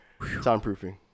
soundproofing